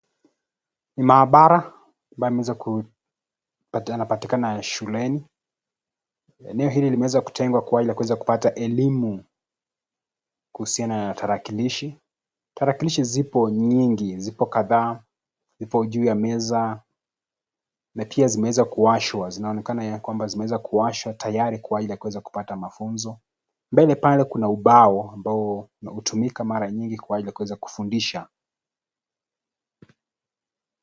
Ni mahabara ambayo yameweza yanapatikana shuleni. Eneo hili limeweza kutengwa kwa ajili ya kuweza kupata elimu kuhusihana na tarakilishi. Tarakilishi zipo nyingi zipo kadhaa zipo juu ya meza na pia zimeweza kuwashwa zinaonekana ya kwamba zimeweza kuwashwa tayari kwa ajili ya kuweza kupata mafunzo. Mbele pale kuna ubao ambao hutumika mara mingi kwa ajili ya kuweza kufundisha.